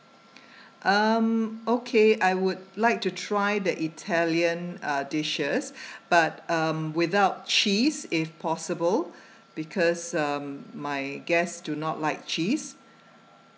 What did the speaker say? um okay I would like to try the italian uh dishes but um without cheese if possible because um my guests do not like cheese